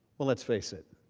but let's face it.